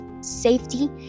safety